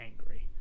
angry